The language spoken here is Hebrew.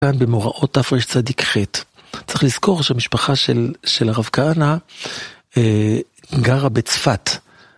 במאורעות יפו יש צדיק חטא. צריך לזכור שהמשפחה של הרב כהנא גרה בצפת.